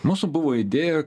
mūsų buvo idėja